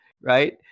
right